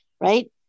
right